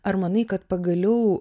ar manai kad pagaliau